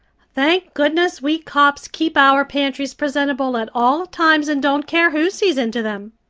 thank goodness, we copps keep our pantries presentable at all times and don't care who sees into them.